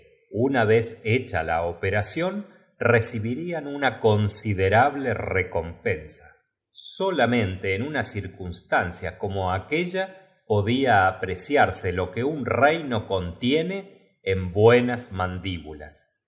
una vez hecha la operacion recibirian una considerable recompensa aquél que debía partirla solamente en una circunstancia como aquella podía apreciarse lo que un reino guida el rey mandó llamar al consejero contiene en buenas mandíbulas los